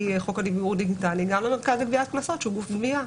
חוק הדיוור הדיגיטלי גם למרכז לגביית קנסות שהוא גוף גבייה.